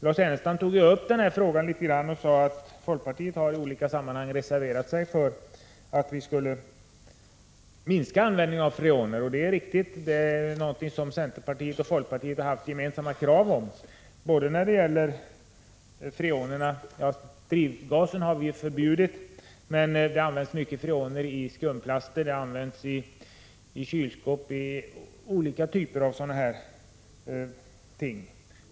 Lars Ernestam tog upp detta när han sade att folkpartiet i olika sammanhang har reserverat sig för att vi skulle minska användningen av freoner. Det är riktigt att centerpartiet och folkpartiet har haft gemensamma krav på detta. Drivgasen har vi ju förbjudit, men det används mycket freoner i skumplaster, i kylskåp och till andra ting.